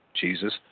Jesus